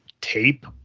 tape